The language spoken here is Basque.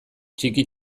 txiki